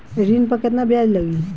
ऋण पर केतना ब्याज लगी?